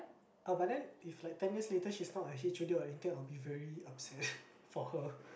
uh but then if like ten years later she's not a H_O_D or anything I will be very upset for her